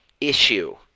issue